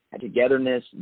togetherness